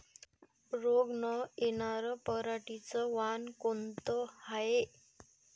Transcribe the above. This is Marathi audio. रोग न येनार पराटीचं वान कोनतं हाये?